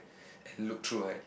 look through right